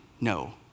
no